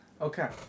Okay